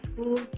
school